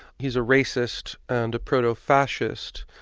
he's a racist and a proto-fascist,